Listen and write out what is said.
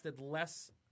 less